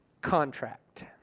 contract